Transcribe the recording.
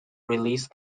release